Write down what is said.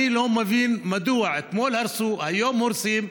אני לא מבין מדוע אתמול הרסו, היום הורסים,